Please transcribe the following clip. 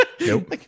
nope